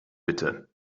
bitte